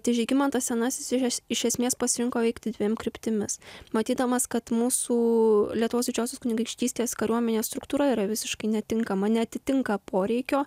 tai žygimantas senasis iš e iš esmės pasirinko veikti dviem kryptimis matydamas kad mūsų lietuvos didžiosios kunigaikštystės kariuomenės struktūra yra visiškai netinkama neatitinka poreikio